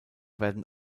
werden